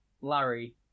Larry